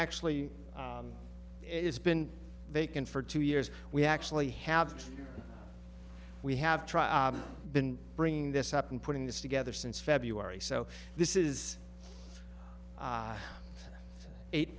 actually it's been vacant for two years we actually have we have tried been bringing this up and putting this together since february so this is eight eight